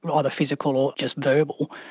and either physical or just verbal.